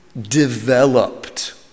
developed